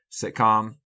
sitcom